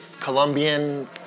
Colombian